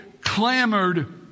clamored